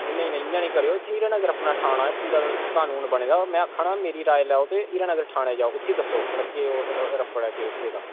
नेईं नेईं इंया निं करेओ हीरानगर अपना थाना ऐ कानून बने दा ते में आक्खना मेरी राय लैओ ते ठाने जाओ ते उत्थें दस्सो कि भला केह् रफ्फड़ ऐ पेदा